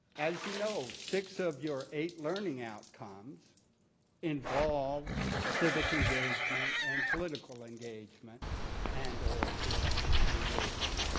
as you know, six of your eight learning outcomes involve civic engagement and political engagement and or political engagement.